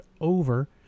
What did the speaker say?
over